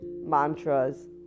mantras